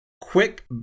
quick